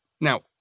Now